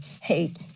hate